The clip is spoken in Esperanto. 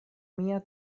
mia